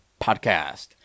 podcast